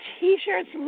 T-shirts